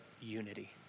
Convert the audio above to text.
unity